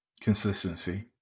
Consistency